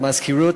למזכירות,